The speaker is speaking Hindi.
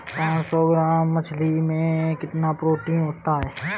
पांच सौ ग्राम मछली में कितना प्रोटीन होता है?